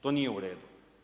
To nije u redu.